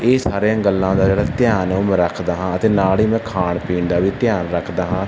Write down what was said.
ਇਹ ਸਾਰੀਆਂ ਗੱਲਾਂ ਦਾ ਜਿਹੜਾ ਧਿਆਨ ਉਹ ਰੱਖਦਾ ਹਾਂ ਅਤੇ ਨਾਲ ਹੀ ਮੈਂ ਖਾਣ ਪੀਣ ਦਾ ਵੀ ਧਿਆਨ ਰੱਖਦਾ ਹਾਂ